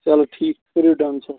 چلو ٹھیٖک کٔرِو ڈَن